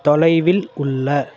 தொலைவில் உள்ள